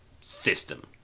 system